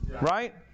right